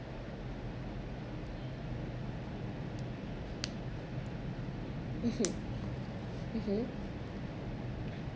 mmhmm mmhmm